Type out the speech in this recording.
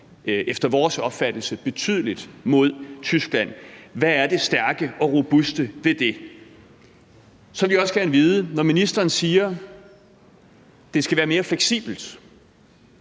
efter vores opfattelse betydeligt mod Tyskland. Hvad er det stærke og robuste ved det? Så vil jeg også gerne vide, om vi har mere i vente, når ministeren siger, det skal være mere fleksibelt.